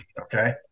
okay